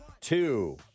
two